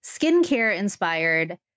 skincare-inspired